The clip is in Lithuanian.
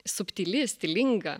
subtili stilinga